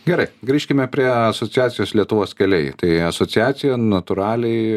gerai grįžkime prie asociacijos lietuvos keliai tai asociacija natūraliai